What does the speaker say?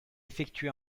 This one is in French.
effectua